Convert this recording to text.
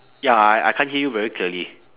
ya I I can't hear you very clearly